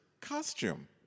costume